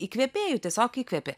įkvėpėju tiesiog įkvėpi